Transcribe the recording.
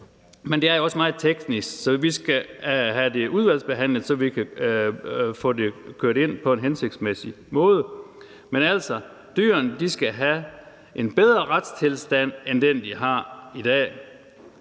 Men det er også meget teknisk, så vi skal have det udvalgsbehandlet, så vi kan få det kørt ind på en hensigtsmæssig måde. Men altså, dyr skal have en bedre retstilstand end den, de har i dag.